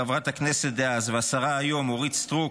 חברת הכנסת דאז והשרה היום אורית סטרוק,